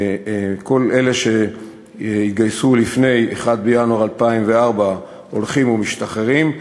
שכל אלה שהתגייסו לפני 1 בינואר 2004 הולכים ומשתחררים.